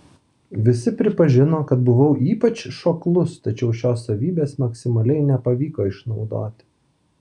visi pripažino kad buvau ypač šoklus tačiau šios savybės maksimaliai nepavyko išnaudoti